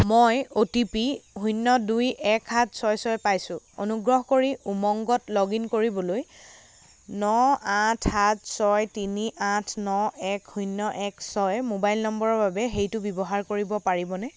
মই O T P শূন্য দুই এক সাত ছয় ছয় পাইছোঁ অনুগ্ৰহ কৰি উমংগত লগ ইন কৰিবলৈ ন আঠ সাত ছয় তিনি আঠ ন এক শূন্য এক ছয় মোবাইল নম্বৰৰ বাবে সেইটো ব্যৱহাৰ কৰিব পাৰিবনে